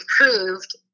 improved